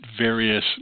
various